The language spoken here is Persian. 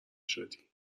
شدی